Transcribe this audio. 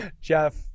jeff